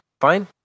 fine